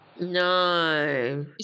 No